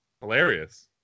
hilarious